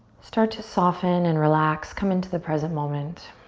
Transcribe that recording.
start to soften and relax, come into the present moment.